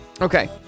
Okay